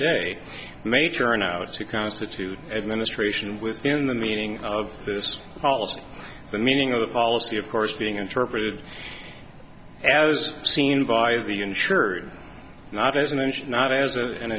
day may turn out to constitute administration and within the meaning of this policy the meaning of the policy of course being interpreted as seen by the insured not